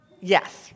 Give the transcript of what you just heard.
Yes